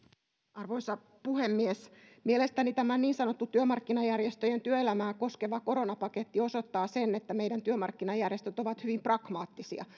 arvoisa puhemies mielestäni tämä niin sanottu työmarkkinajärjestöjen työelämää koskeva koronapaketti osoittaa sen että meidän työmarkkinajärjestöt ovat hyvin pragmaattisia